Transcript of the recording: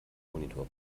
monitor